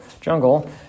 jungle